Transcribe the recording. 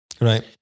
Right